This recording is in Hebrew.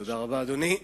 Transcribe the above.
תודה רבה, אדוני.